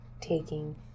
taking